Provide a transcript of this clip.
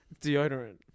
Deodorant